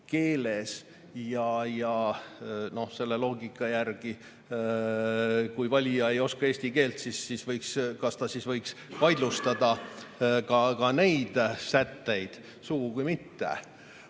keeles. Selle loogika järgi, kui valija ei oska eesti keelt, siis kas ta võiks vaidlustada ka neid sätteid – sugugi mitte.